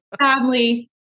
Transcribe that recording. Sadly